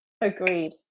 Agreed